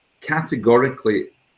categorically